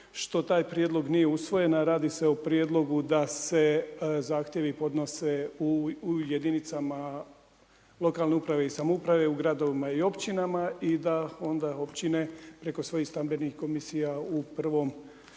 što taj prijedlog nije usvojen a radi se o prijedlogu da se zahtjevi podnose u jedinicama lokalne uprave i samouprave, u gradovima i općinama i da onda općine preko svojih stambenih komisija u prvom